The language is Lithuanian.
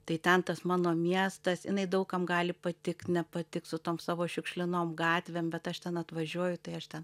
tai ten tas mano miestas jinai daug kam gali patikt nepatikt su tom savo šiukšlinom gatvėm bet aš ten atvažiuoju tai aš ten